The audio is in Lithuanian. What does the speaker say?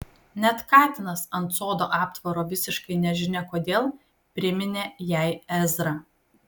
net katinas ant sodo aptvaro visiškai nežinia kodėl priminė jai ezrą